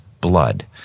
blood